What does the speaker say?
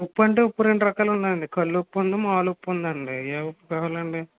ఉప్పంటే ఉప్పు రెండు రకాలు ఉంది అండి కళ్లుప్పు ఉంది మాములు ఉప్పు ఉందండి ఏ ఉప్పు కావాలండి